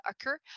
occur